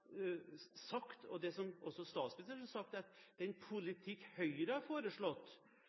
sagt, som også statsministeren har sagt, er at den politikken som Høyre har foreslått